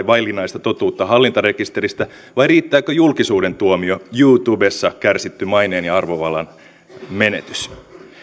vaillinaista totuutta hallintarekisteristä vai riittääkö julkisuuden tuomio youtubessa kärsitty maineen ja arvovallan menetys